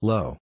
Low